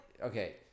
okay